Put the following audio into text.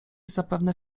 zapewne